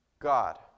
God